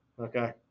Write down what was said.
okay